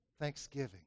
thanksgiving